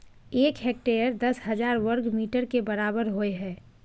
एक हेक्टेयर दस हजार वर्ग मीटर के बराबर होय हय